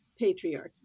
patriarchy